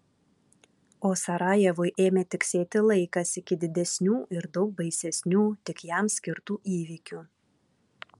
o sarajevui ėmė tiksėti laikas iki didesnių ir daug baisesnių tik jam skirtų įvykių